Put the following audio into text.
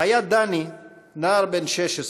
היה דני נער בן 16,